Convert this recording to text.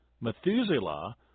Methuselah